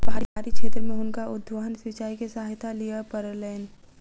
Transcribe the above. पहाड़ी क्षेत्र में हुनका उद्वहन सिचाई के सहायता लिअ पड़लैन